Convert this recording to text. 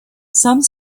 some